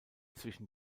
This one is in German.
zwischen